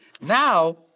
Now